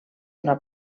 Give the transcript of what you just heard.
una